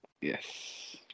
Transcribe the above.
Yes